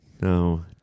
No